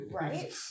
right